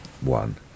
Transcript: one